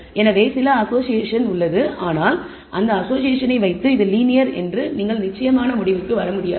எனவே சில அசோஷியேஷன் உள்ளது ஆனால் அந்த அசோஷியேஷனை வைத்து இது லீனியர் என்று நீங்கள் நிச்சயமான முடிவுக்கு வர முடியாது